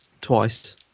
twice